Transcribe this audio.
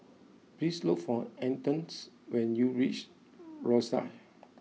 please look for Antons when you reach Rosyth